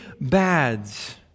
bads